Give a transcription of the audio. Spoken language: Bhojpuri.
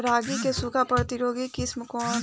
रागी क सूखा प्रतिरोधी किस्म कौन ह?